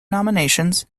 nominations